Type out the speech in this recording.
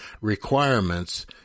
requirements